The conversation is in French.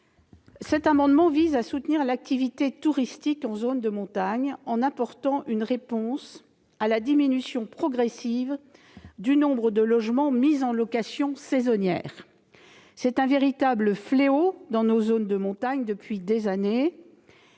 précédemment, vise à soutenir l'activité touristique en zones de montagne, en apportant une réponse à la diminution progressive du nombre de logements mis en location saisonnière. C'est un véritable fléau dans nos zones de montagne depuis des années.